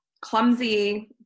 clumsy